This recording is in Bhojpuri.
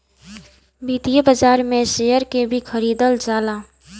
वित्तीय बाजार में शेयर के भी खरीदल जाला